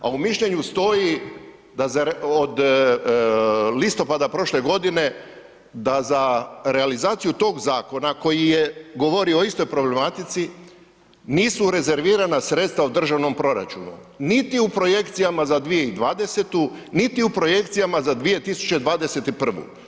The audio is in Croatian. A u mišljenju stoji da od listopada prošle godine, da za realizaciju tog zakona, koji je govorio o istoj problematici, nisu rezervirana sredstva u državnom proračunu, niti u projekcijama za 2020. niti u projekcijama za 2021.